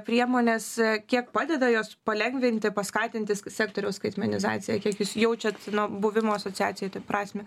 priemonės kiek padeda jos palengvinti paskatinti sektoriaus skaitmenizaciją kiek jūs jaučiat nu buvimo asociacijoj prasmę